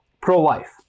Pro-life